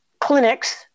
clinics